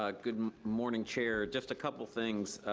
ah good morning, chair, just a couple things.